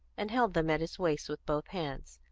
and held them at his waist with both hands,